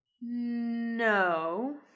no